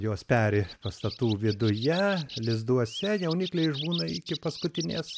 jos peri pastatų viduje lizduose jaunikliai išbūna iki paskutinės